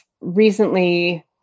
recently